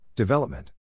Development